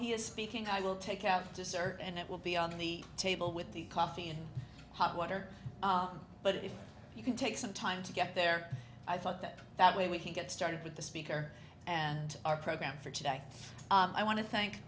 he is speaking i will take out dessert and it will be on the table with the coffee and hot water but if you can take some time to get there i thought that that way we can get started with the speaker and our program for today i want to thank